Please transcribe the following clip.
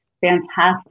fantastic